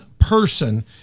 person